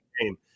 game